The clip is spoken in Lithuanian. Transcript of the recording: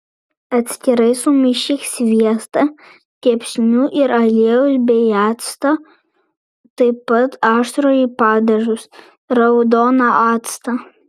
atskirai sumaišyk sviestą kepsnių ir aliejaus bei acto taip pat aštrųjį padažus raudoną actą